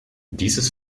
dieses